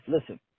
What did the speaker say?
Listen